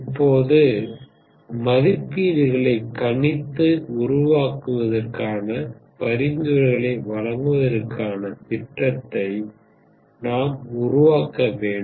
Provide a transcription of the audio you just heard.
இப்போது மதிப்பீடுகளை கணித்து உங்களுக்கான பரிந்துரைகளை வழங்குவதற்கான திட்டத்தை நாம் உருவாக்க வேண்டும்